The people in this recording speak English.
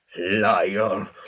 Liar